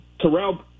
Terrell –